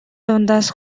дундаас